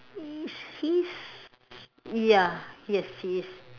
is his ya yes he is